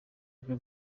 biro